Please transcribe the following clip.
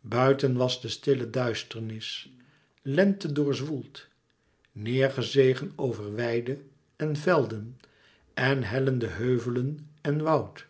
buiten was de stille duisternis lente doorzwoeld neêr gezegen over weide en velden en hellende heuvelen en woud